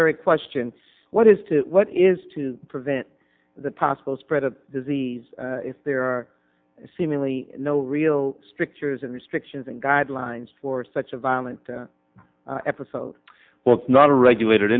very question what is to what is to prevent the possible spread of disease if there are seemingly no real strictures and restrictions and guidelines for such a violent episode where it's not a regulated